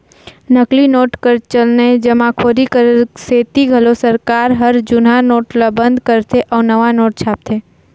नकली नोट कर चलनए जमाखोरी कर सेती घलो सरकार हर जुनहा नोट ल बंद करथे अउ नावा नोट छापथे